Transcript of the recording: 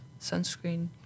sunscreen